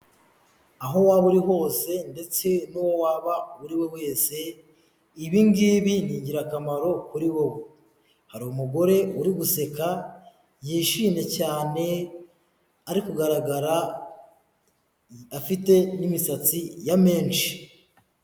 Aho waba uri hose ndetse n'uwo waba uri we wese, ibingibi ni ingirakamaro kuri wowe. Hari umugore uri guseka yishimye cyane ari kugaragara afite n'imisatsi ya menshi.